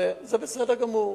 וזה בסדר גמור.